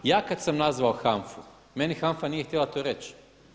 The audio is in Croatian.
Ja kada sam nazvao HANFA-u meni HANFA nije htjela to reći.